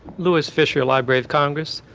louis fisher, library of congress.